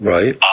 Right